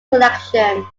collection